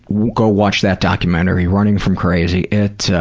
go watch that documentary, running from crazy. it, oh,